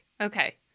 Okay